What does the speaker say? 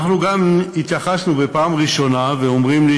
אם כן, הצעת חוק זכויות החולה (תיקון מס'